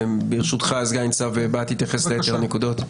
ברשותך, אני סגן-ניצב בהט יתייחס ליתר הנקודות.